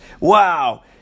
Wow